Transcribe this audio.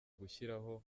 gushyiraho